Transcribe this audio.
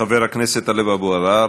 חבר הכנסת טלב אבו עראר,